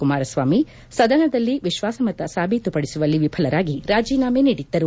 ಕುಮಾರಸ್ವಾಮಿ ಸದನದಲ್ಲಿ ವಿಶ್ವಾಸಮತ ಸಾಬೀತುಪಡಿಸುವಲ್ಲಿ ವಿಫಲರಾಗಿ ರಾಜೀನಾಮೆ ನೀಡಿದ್ದರು